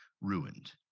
ruined